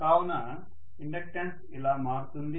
కావున ఇండక్టెన్స్ ఇలా మారుతుంది